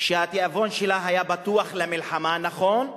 שהתיאבון שלה היה פתוח למלחמה, נכון?